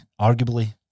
Arguably